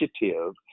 initiative